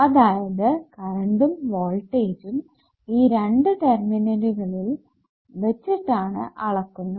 അതായത് കറണ്ടും വോൾട്ടേജ്ജും ഈ രണ്ടു ടെർമിനലുകള്ളിൽ വെച്ചിട്ടാണ് അളക്കുന്നത്